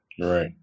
Right